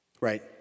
right